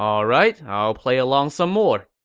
alright, i'll play along some more.